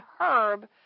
herb